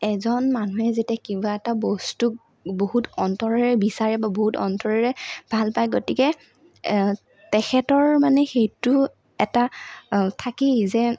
এজন মানুহে যেতিয়া কিবা এটা বস্তুক বহুত অন্তৰেৰে বিচাৰে বা বহুত অন্তৰেৰে ভাল পাই গতিকে তেখেতৰ মানে সেইটো এটা থাকেই যে